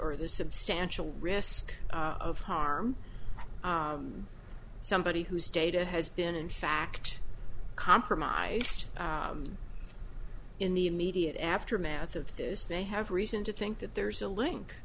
or the substantial risk of harm somebody who's data has been in fact compromised in the immediate aftermath of this they have reason to think that there's a link